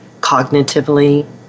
cognitively